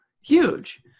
huge